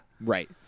right